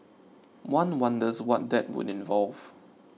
one wonders what that would involve